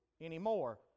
anymore